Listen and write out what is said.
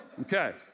Okay